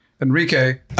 Enrique